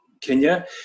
Kenya